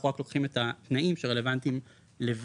אנחנו רק לוקחים את התנאים שרלוונטיים לווידוא